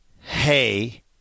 hey